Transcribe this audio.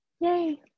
yay